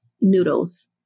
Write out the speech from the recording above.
noodles